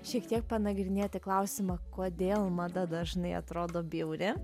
šiek tiek panagrinėti klausimą kodėl mada dažnai atrodo bjauri